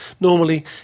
normally